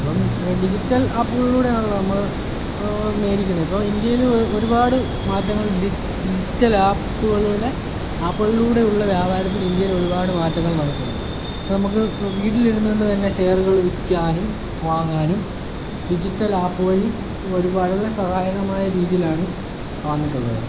ഇപ്പം ഡിജിറ്റൽ ആപ്പുകളിലൂടെ ആണല്ലോ നമ്മൾ മേടിക്കുന്നത് ഇപ്പോൾ ഇന്ത്യയിൽ ഒരുപാട് മാറ്റങ്ങൾ ഡിജിറ്റൽ ആപ്പ്കളിലൂടെ ആപ്പ്കളിലൂടെയുള്ള വ്യാപാരത്തിൽ ഇന്ത്യയിൽ ഒരുപാട് മാറ്റങ്ങൾ വരുന്നുണ്ട് അപ്പം നമുക്ക് വീട്ടിലിരുന്നു കൊണ്ട് തന്നെ ഷെയറുകൾ വിൽക്കാനും വാങ്ങാനും ഡിജിറ്റൽ ആപ്പ് വഴി ഒരുപാട് നല്ല സഹായകമായ രീതിയിലാണ് വന്നിട്ടുള്ളത്